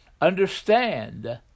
understand